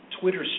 Twitter